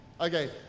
okay